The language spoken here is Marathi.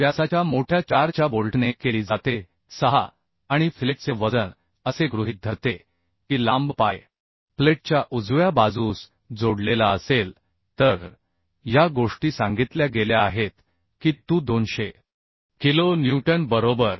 व्यासाच्या मोठ्या 4च्या बोल्टने केली जाते 6 आणि फिलेटचे वजन असे गृहीत धरते की लांब पाय प्लेटच्या बाजूस जोडलेला असेल तर या गोष्टी सांगितल्या गेल्या आहेत की Tu 200 किलो न्यूटन बरोबर